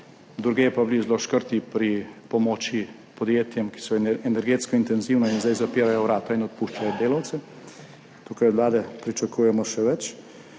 drugje pa bili zelo škrti pri pomoči podjetjem, ki so energetsko intenzivna in zdaj zapirajo vrata in odpuščajo delavce. Tukaj od vlade pričakujemo še več.